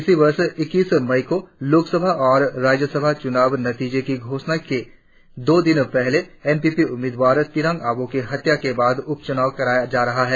इसी वर्ष इक्कीस मई को लोकसभा और राज्य विधानसभा चुनाव नतीजे की घोषणा के दो दिन पहले एन पी पी उम्मीदवार तिरांग आबोह की हत्या के बाद उपच्रनाव कराया जा रहा है